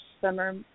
summer